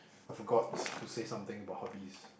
I forgot to say something about hobbies